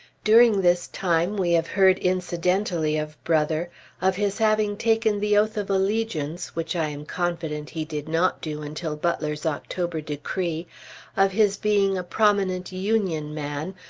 during this time we have heard incidentally of brother of his having taken the oath of allegiance which i am confident he did not do until butler's october decree of his being a prominent union man,